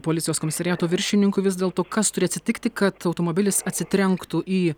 policijos komisariato viršininkui vis dėl to kas turi atsitikti kad automobilis atsitrenktų į